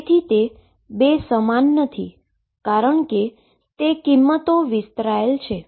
તેથી તે બે સમાન નથી કારણ કે તે કિંમતો સ્પ્રેડ છે